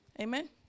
amen